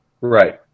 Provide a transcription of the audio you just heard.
right